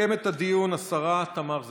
תסכם את הדיון השרה תמר זנדברג.